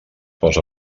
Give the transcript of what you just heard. posa